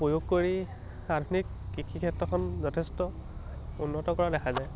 প্ৰয়োগ কৰি আধুনিক কৃষি ক্ষেত্ৰখন যথেষ্ট উন্নত কৰা দেখা যায়